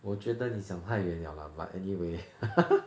我觉得你想太远了啦 but anyway